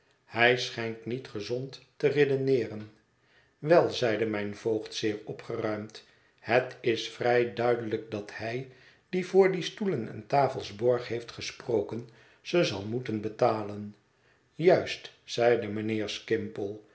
hij schijnt niet gezond te redeneeren wel zeide mijn voogd zeer opgeruimd het is vrij duidelijk dat hij die voor die stoelen en tafels borg heeft gesproken ze zal moeten betalen juist zeide mijnheer